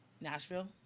Nashville